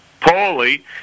poorly